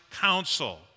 counsel